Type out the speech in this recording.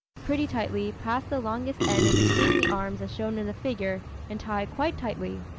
pretty tightly, pass the longest end in between the arms as shown in the figure, and tie quite tightly.